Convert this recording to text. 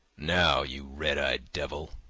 now, you red-eyed devil,